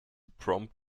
prompt